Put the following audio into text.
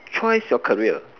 choice your career